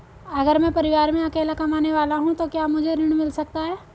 अगर मैं परिवार में अकेला कमाने वाला हूँ तो क्या मुझे ऋण मिल सकता है?